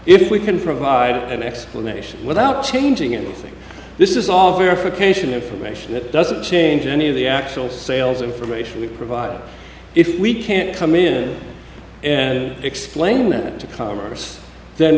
if we can provide an explanation without changing anything this is all verification information that doesn't change any of the actual sales information we provide if we can't come in and explain it to commerce then